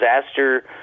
disaster